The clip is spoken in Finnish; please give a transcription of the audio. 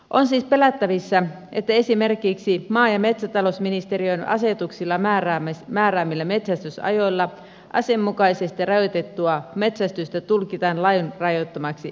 on siis pelättävissä että esimerkiksi maa ja metsätalousministeriön asetuksilla määräämillä metsästysajoilla asianmukaisesti rajoitettua metsästystä tulkitaan lain rajoittamaksi häirinnäksi